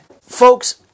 Folks